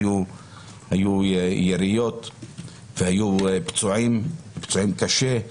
היו יריות והיו פצועים, פצועים קשה,